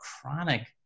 chronic